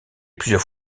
plusieurs